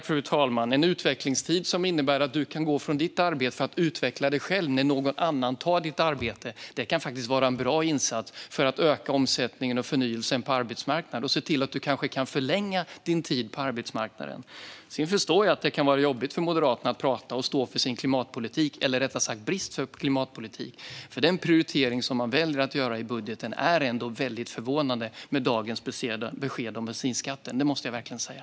Fru talman! En utvecklingstid som innebär att man kan gå från sitt arbete för att utveckla sig själv när någon annan tar ens arbete kan faktiskt vara en bra insats för att öka omsättningen och förnyelsen på arbetsmarknaden, och det kan kanske se till att man kan förlänga sin tid på arbetsmarknaden. Sedan förstår jag att det kan vara jobbigt för Moderaterna att tala om och stå för sin klimatpolitik - eller rättare sagt brist på klimatpolitik. Den prioritering som de väljer att göra i budgeten är ändå mycket förvånande i och med dagens besked om bensinskatten; det måste jag verkligen säga.